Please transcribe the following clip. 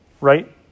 right